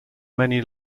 many